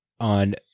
On